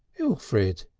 elfrid!